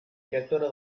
directora